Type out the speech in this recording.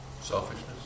Selfishness